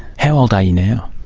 how old are you now?